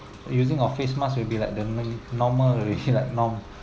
using a face mask will be like the normal already like norm